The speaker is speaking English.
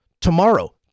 tomorrow